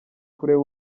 kureba